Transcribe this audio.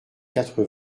quatre